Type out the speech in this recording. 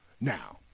Now